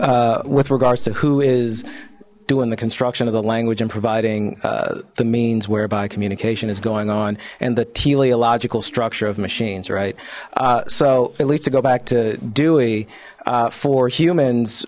with regards to who is doing the construction of the language and providing the means whereby communication is going on and the teleological structure of machines right so at least to go back to dewey for humans